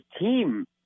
team